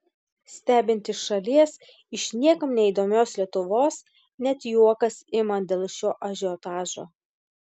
stebint iš šalies iš niekam neįdomios lietuvos net juokas ima dėl šio ažiotažo